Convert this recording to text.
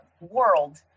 world